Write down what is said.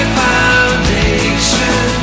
foundation